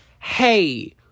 hey